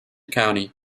county